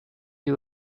you